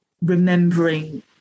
Remembering